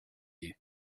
you